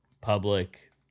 Public